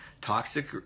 toxic